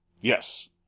Yes